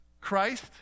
Christ